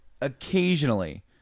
occasionally